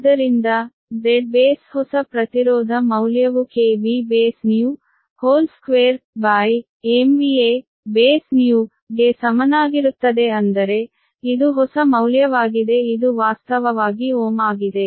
ಆದ್ದರಿಂದ Z base ಹೊಸ ಪ್ರತಿರೋಧ ಮೌಲ್ಯವು Bnew 2 Bnew ಗೆ ಸಮನಾಗಿರುತ್ತದೆ ಅಂದರೆ ಇದು ಹೊಸ ಮೌಲ್ಯವಾಗಿದೆ ಇದು ವಾಸ್ತವವಾಗಿ ಓಮ್ ಆಗಿದೆ